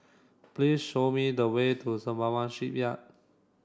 please show me the way to Sembawang Shipyard